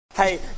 Hey